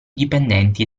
dipendenti